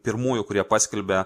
pirmųjų kurie paskelbė